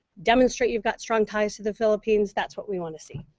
demonstrate you've got strong ties to the philippines. that's what we wanna see.